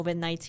COVID-19